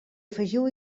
afegiu